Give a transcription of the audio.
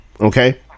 Okay